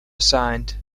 assigned